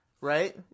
Right